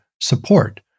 support